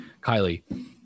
kylie